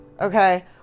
Okay